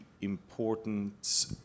important